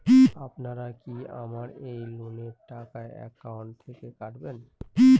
আপনারা কি আমার এই লোনের টাকাটা একাউন্ট থেকে কাটবেন?